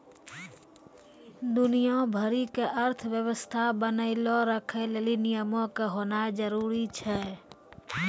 दुनिया भरि के अर्थव्यवस्था बनैलो राखै लेली नियमो के होनाए जरुरी छै